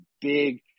big